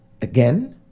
again